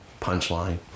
punchline